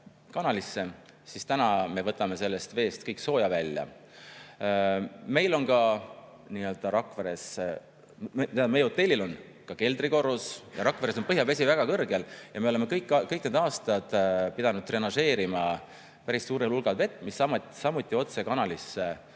siis täna me võtame sellest veest kõik sooja välja. Meie hotellil on ka keldrikorrus. Rakveres on põhjavesi väga kõrgel ja me oleme kõik need aastad pidanud drenažeerima päris suurel hulgal vett, mis samuti otse kanalisse